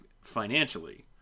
financially